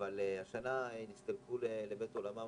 אבל השנה הצטרפו לבית עולמם,